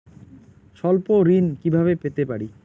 স্বল্প ঋণ কিভাবে পেতে পারি?